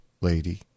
lady